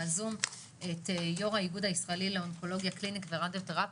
יו"ר האיגוד הישראלי לאונקולוגיה קלינית ורדיותרפיה,